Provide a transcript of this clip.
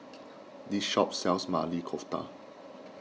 this shop sells Maili Kofta